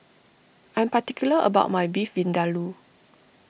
I'm particular about my Beef Vindaloo